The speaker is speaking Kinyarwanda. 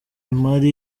imari